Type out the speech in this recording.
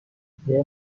there